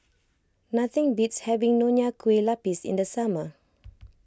nothing beats having Nonya Kueh Lapis in the summer